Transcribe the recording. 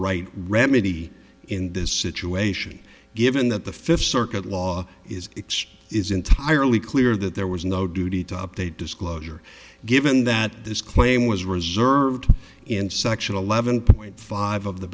right remedy in this situation given that the fifth circuit law is ex is entirely clear that there was no duty to update disclosure given that this claim was reserved in sexual eleven point five of the